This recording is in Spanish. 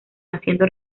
haciendo